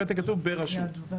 בפתק כתוב: בראשות.